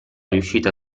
riuscita